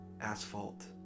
asphalt